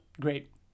great